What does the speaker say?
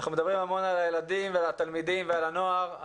אנחנו מדברים המון על הילדים ועל התלמידים ועל הנוער,